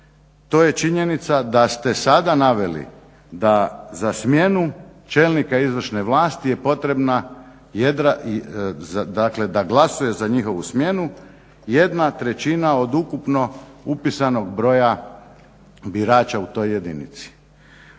to je činjenica da ste sada naveli da za smjenu čelnika izvršne vlasti je potrebna dakle da glasuje za njihovu smjenu 1/3 od ukupno upisanog broja birača u toj jedinici.